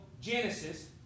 Genesis